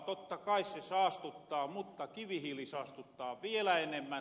totta kai se saastuttaa mutta kivihiili saastuttaa vielä enemmän